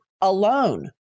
alone